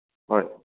হয়